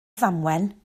ddamwain